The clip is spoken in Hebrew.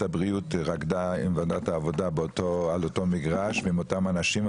הבריאות רקדה עם ועדת העבודה על אותו מגרש עם אותם אנשים,